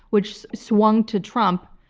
which swung to trump,